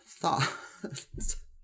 thoughts